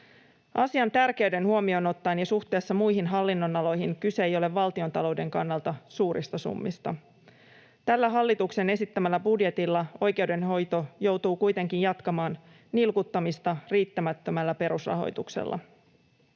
Asian tärkeyden huomioon ottaen ja suhteessa muihin hallinnonaloihin kyse ei ole valtiontalouden kannalta suurista summista. Tällä hallituksen esittämällä budjetilla oikeudenhoito joutuu kuitenkin jatkamaan nilkuttamista riittämättömällä perusrahoituksella.